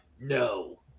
No